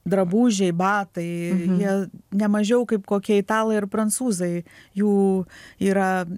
drabužiai batai jie nemažiau kaip kokie italai ar prancūzai jų yra